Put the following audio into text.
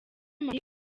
marie